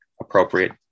appropriate